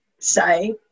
say